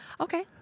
Okay